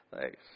Thanks